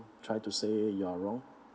try to say you're wrong